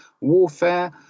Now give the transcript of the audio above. warfare